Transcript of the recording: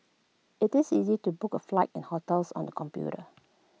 IT is easy to book A flights and hotels on the computer